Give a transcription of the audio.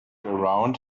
around